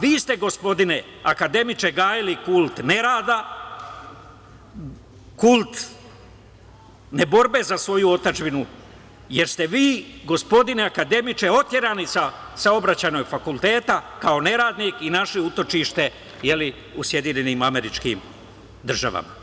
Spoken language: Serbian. Vi ste gospodine Akademiče gajili kult nerada, kult neborbe za svoju otadžbinu, jer ste vi gospodine akademiče oterani sa saobraćajnog fakulteta kao neradnik i našli utočište u SAD.